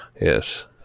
Yes